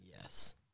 Yes